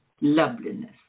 loveliness